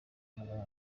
muganga